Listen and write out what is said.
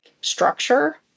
structure